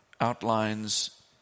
outlines